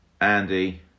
Andy